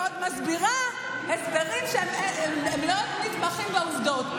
ועוד מסבירה הסברים שלא נתמכים בעובדות.